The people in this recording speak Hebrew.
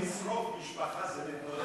לשרוף משפחה זה, ?